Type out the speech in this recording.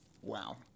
wow